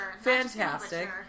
fantastic